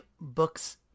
books